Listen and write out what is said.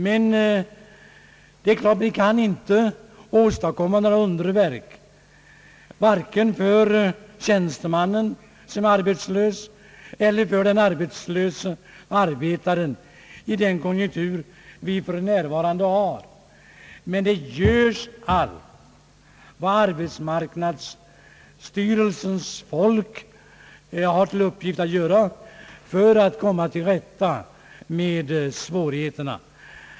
Det är klart att vi i nu rådande konjunktur inte kan åstadkomma några underverk vare sig för den arbetslöse tjänstemannen eller den likaledes arbetslöse arbetaren, men allt görs som arbetsmarknadsstyrelsens folk har till uppgift att göra för att komma till rätta med svårigheterna.